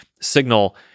signal